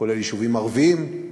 זה כולל יישובים ערביים,